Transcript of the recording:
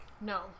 No